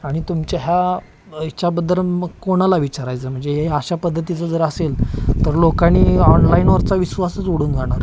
आणि तुमच्या ह्या याच्याबद्दल मग कोणाला विचारायचं म्हणजे हे अशा पद्धतीचं जर असेल तर लोकांनी ऑनलाईनवरचा विश्वासच उडून जाणार